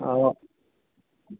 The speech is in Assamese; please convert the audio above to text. অঁ